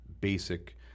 basic